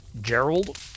Gerald